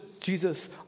Jesus